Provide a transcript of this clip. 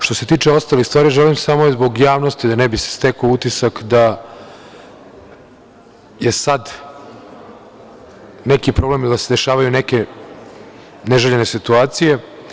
Što se tiče ostalih stvari, želim samo zbog javnosti, da se ne bi stekao utisak da je sad neki problem ili da se dešavaju neke neželjene situacije.